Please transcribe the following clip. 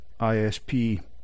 ISP